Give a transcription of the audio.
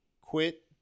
quit